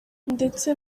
ndetse